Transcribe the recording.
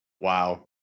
Wow